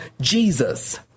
Jesus